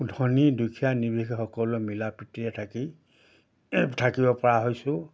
ধনী দুখীয়া নিৰ্বিশেষে সকলোৱে মিলা প্ৰীতিৰে থাকি থাকিব পৰা হৈছোঁ